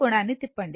కోణాన్ని తిప్పండి